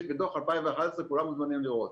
יש את דוח 2011, כולם מוזמנים לראות.